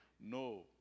no